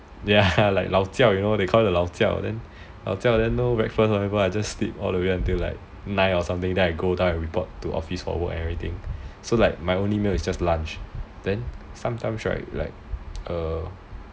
ya like 老 jiao you know they call it the 老 jiao then no breakfast [one] I just sleep all the way until like nine or something then I go down and report to office for work and everything so my only meal is just lunch then sometimes right err